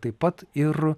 taip pat ir